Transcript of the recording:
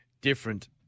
different